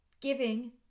giving